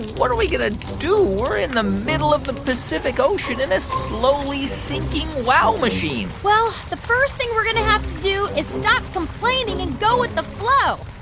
what are we going to do? we're in the middle of the pacific ocean in a slowly sinking wow machine well, the first thing we're going to have to do is stop complaining and go with the flow.